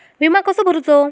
विमा कसो भरूचो?